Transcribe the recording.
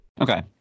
okay